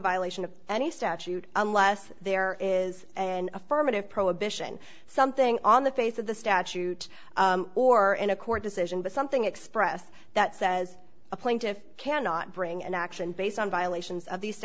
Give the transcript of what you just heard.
violation of any statute unless there is an affirmative prohibition something on the face of the statute or in a court decision by something express that says a plaintiff cannot bring an action based on violations